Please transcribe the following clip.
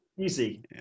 easy